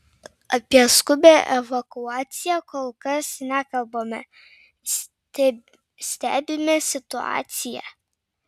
apie skubią evakuaciją kol kas nekalbame stebime situaciją